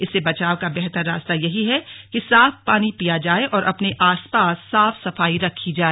इससे बचाव का बेहतर रास्ता यही है कि साफ पानी पिया जाए और अपने आसपास साफ सफाई रखी जाए